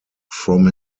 from